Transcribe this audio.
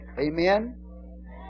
Amen